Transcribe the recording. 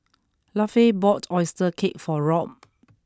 Lafe bought Oyster Cake for Rob